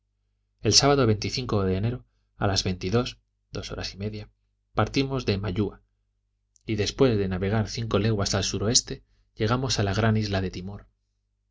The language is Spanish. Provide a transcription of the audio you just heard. el sábado de enero a las veintidós dos horas y media partimos de mailua y después de navegar cinco leguas al sursuroeste llegamos a la gran isla de timor